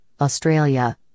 Australia